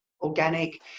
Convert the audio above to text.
organic